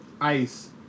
ice